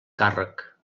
càrrec